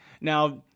Now